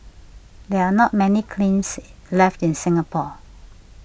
there are not many kilns left in Singapore